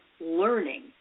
learning